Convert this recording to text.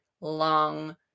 long